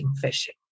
fishing